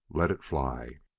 let it fly.